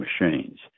machines